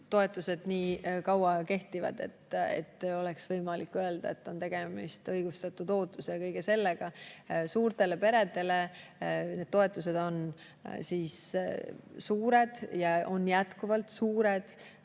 toetused nii kaua aega kehtinud, et oleks võimalik öelda, et on tegemist õigustatud ootuse ja kõige sellega. Suurtele peredele on need toetused olnud suured ja on jätkuvalt suured